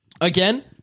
again